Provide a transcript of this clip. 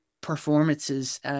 performances